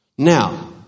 Now